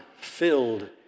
filled